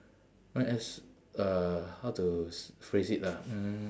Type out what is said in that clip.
might as uh how to phrase it ah mm